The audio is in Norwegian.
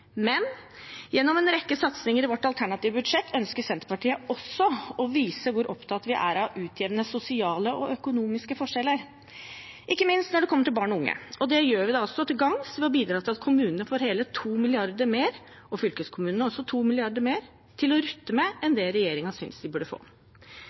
men gjennom en rekke satsinger i vårt alternative budsjett ønsker Senterpartiet også å vise hvor opptatt vi er av å utjevne sosiale og økonomiske forskjeller, ikke minst når det kommer til barn og unge. Det gjør vi da også til gagns, ved å bidra til at kommunene får hele 2 mrd. kr mer å rutte med – også fylkeskommunene får 2 mrd. kr mer – enn